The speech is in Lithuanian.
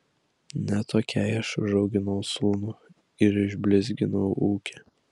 ne tokiai aš užauginau sūnų ir išblizginau ūkį